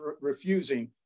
refusing